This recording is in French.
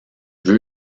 veux